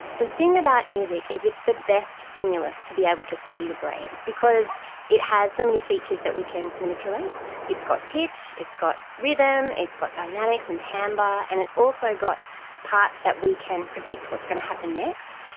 the thing about music is it's the best stimulus to be able to study the brain because it has so many features that we can manipulate it's got pitch, it's got rhythm, it's got dynamics and timbre, and it's also got parts that we can predict what's going to happen next.